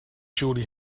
surely